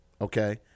okay